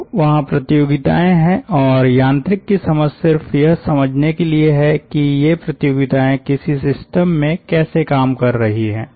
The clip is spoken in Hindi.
तो वहाँ प्रतियोगिताएं हैं और यांत्रिकी की समझ सिर्फ यह समझने के लिए है कि ये प्रतियोगिताएं किसी सिस्टम में कैसे काम कर रही हैं